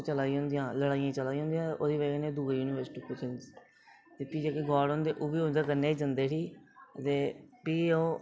ओह् चला दियां होंदिया लड़ाइया चला दियां होंदिया ओह्दी बजह कन्नै दुए यूनीबर्स उप्पर चली जंदियां फ्ही जेहके गाड होंदे ओह् बी उं'दे कन्नै गै जंदे उठी ते फ्ही ओह्